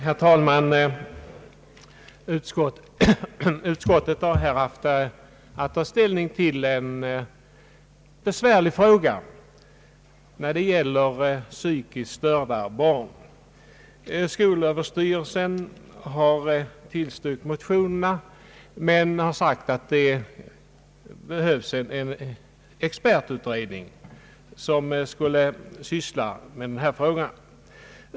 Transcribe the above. Herr talman! Utskottet har här haft att ta ställning till en besvärlig fråga som gäller psykiskt störda barn. Skolöverstyrelsen har tillstyrkt motionerna men har sagt att det behövs en expertutredning, som skulle syssla med denna fråga.